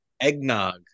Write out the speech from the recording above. Eggnog